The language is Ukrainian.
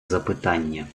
запитання